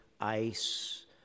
ICE